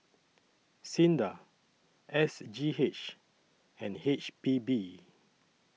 SINDA S G H and H P B